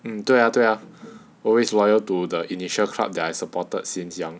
mm 对啊对啊 always loyal to the initial club that I supported since young